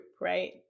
right